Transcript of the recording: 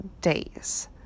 days